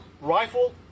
rifle